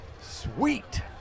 Sweet